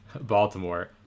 Baltimore